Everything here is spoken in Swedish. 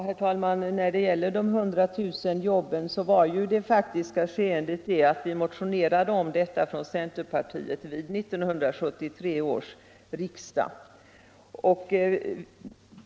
Herr talman! När det gäller de 100 000 jobben så var ju det faktiska skeendet det, att centerpartiet motionerade om detta vid 1973 års riksdag.